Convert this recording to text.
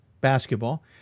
basketball